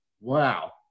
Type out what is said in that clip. Wow